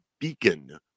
beacon